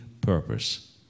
purpose